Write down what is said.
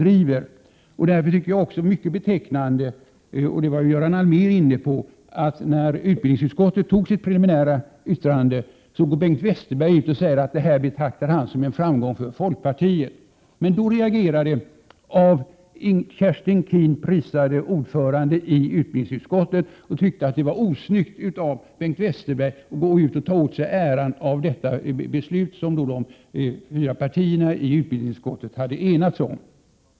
Jag tycker därför att det är mycket betecknande, vilket också Göran Allmér var inne på, att när utbildningsutskottet gjorde sitt preliminära ställningstagande så gick Bengt Westerberg ut och sade att han betraktade detta som en framgång för folkpartiet. Men då reagerade vår av Kerstin Keen prisade ordförande i utbildningsutskottet och sade att han tyckte att det var osnyggt av Bengt Westerberg att gå ut och ta åt sig äran av detta beslut som de övriga partierna i utbildningsutskottet hade enats om.